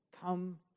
Come